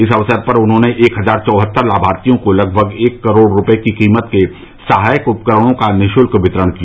इस अवसर पर उन्होंने एक हजार चौहत्तर लाभार्थियों को लगभग एक करोड़ रूपये की कीमत के सहायक उपकरणों का निःशुल्क वितरण किया